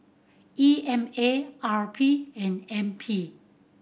E M A R P and N P